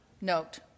note